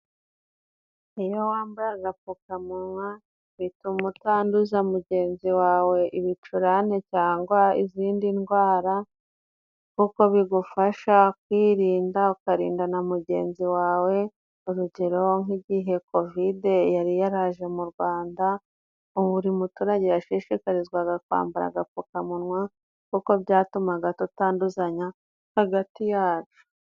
Iyo wambara agapfukamunwa bituma utanduza mugenzi wawe ibicurane. Cyangwa izindi ndwara kuko bigufasha kwirinda, ukarinda na mugenzi wawe. Urugero: nk'igihe kovidi yari yaraje mu Rwanda, buri muturage yashishikarizwaga kwambara agapfukamunwa. Kuko byatumaga tutanduzanya hagati yacu.